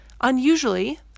Unusually